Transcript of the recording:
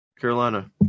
Carolina